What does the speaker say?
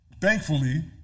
Thankfully